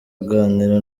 aganira